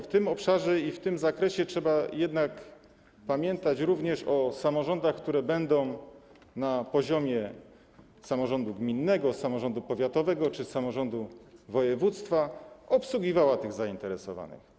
W tym obszarze i w tym zakresie trzeba jednak pamiętać również o samorządach, które będą na poziomie samorządu gminnego, samorządu powiatowego czy samorządu województwa obsługiwały tych zainteresowanych.